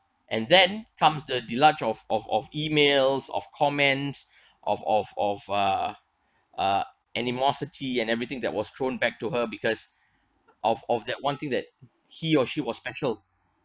and then comes the deluge of of of emails of comments of of of uh uh animosity and everything that was thrown back to her because of of that one thing that he or she was special